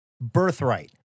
Birthright